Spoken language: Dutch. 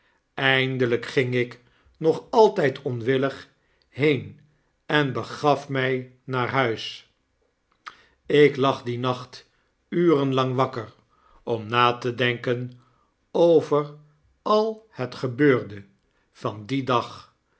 eindelgk ging ik nog alttjd onwillig heen en begaf mq naar huis ik lag dien nacht uren lang wakker om na te denken over al hetgebeurde van dien dag